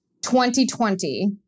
2020